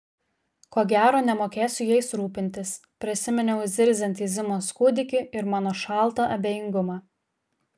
ko gero nemokėsiu jais rūpintis prisiminiau zirziantį zimos kūdikį ir mano šaltą abejingumą